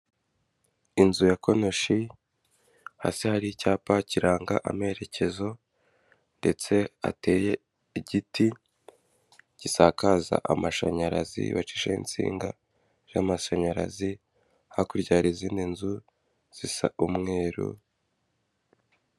Inzu ya konoshi, hasi hari icyapa kiranga amerekezo, ndetse hateye igiti gisakaza amashanyarazi bacishaho insinga z'amashanyarazi, hakurya hari izindi nzu zisa umweru.